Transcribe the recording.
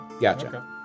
gotcha